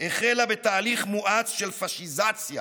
החלה בתהליך מואץ של פאשיזציה